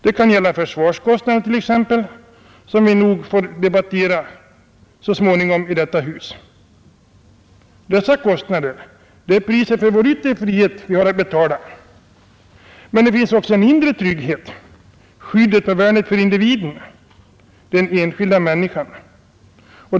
Det kan gälla försvarskostnaden t.ex., som vi nog så småningom får debattera i detta hus. Dessa kostnader är priset som vi har att betala för vår yttre frihet. Men det finns också en inre trygghet: skyddet och värnet för individen, den enskilda människan.